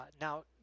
Now